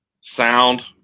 sound